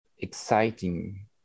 exciting